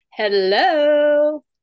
hello